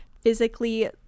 physically